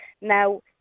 Now